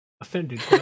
offended